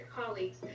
colleagues